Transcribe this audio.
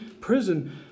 prison